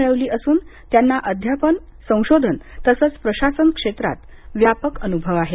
मिळवली असून त्यांना अध्यापन संशोधन तसंच प्रशासन क्षेत्रात व्यापक अनुभव आहे